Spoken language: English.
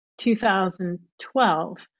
2012